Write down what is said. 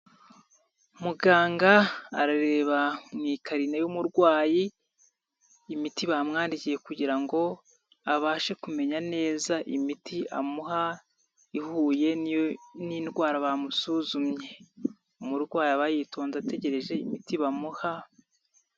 Muganga arareba mu ikarine y'umurwayi imiti bamwandikiye kugira ngo abashe kumenya neza imiti amuha ihuye n'indwara bamusuzumye, umurwayi aba yitonze ategereje imiti bamuha.